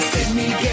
Sydney